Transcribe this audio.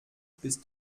bis